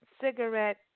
cigarette